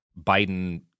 Biden